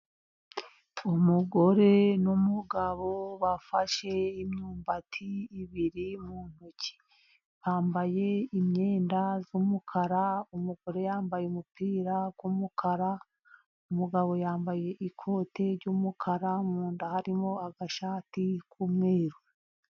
Umugore n'umugabo bafashe imyumbati ibiri mu ntoki, bambaye imyenda y'umukara, umugore yambaye umupira w'umukara, umugabo yambaye ikoti ry'umukara, mu nda harimo agashati k'umweru.